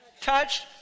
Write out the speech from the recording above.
touched